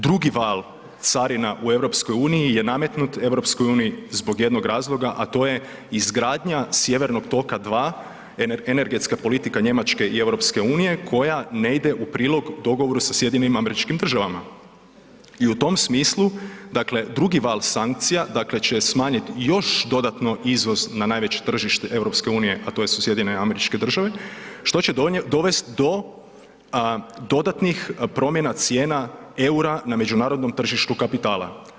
Drugi val carina u EU je nametnut EU zbog jednog razloga, a to je izgradnja sjevernog toka II, energetska politika Njemačke i EU koja ne ide u prilog dogovoru sa SAD-om i u tom smislu, dakle drugi val sankcija, dakle će smanjiti još dodatno izvoz na najveće tržište EU, a to su SAD, što će dovesti do dodatnih promjena cijena eura na međunarodnom tržištu kapitala.